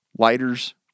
lighters